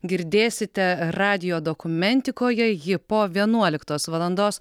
girdėsite radijo dokumentikoje ji po vienuoliktos valandos